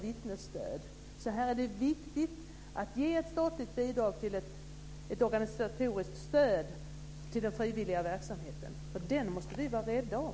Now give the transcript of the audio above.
Det är viktigt att ge ett statligt bidrag till ett organisatoriskt stöd till den frivilliga verksamheten. Den måste vi vara rädda om.